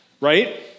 right